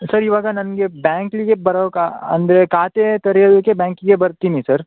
sir ಇವಾಗ ನನಗೆ ಬ್ಯಾಂಕಿಗೆ ಬರೋಕ್ಕೆ ಅಂದರೆ ಖಾತೆ ತೆರೆಯೋದಕ್ಕೆ ಬ್ಯಾಂಕಿಗೆ ಬರ್ತೀನಿ ಸರ್